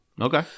Okay